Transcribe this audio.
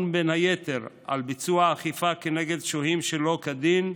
בין היתר על ביצוע האכיפה כנגד שוהים שלא כדין,